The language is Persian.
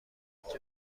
میکند